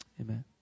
Amen